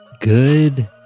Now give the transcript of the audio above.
Good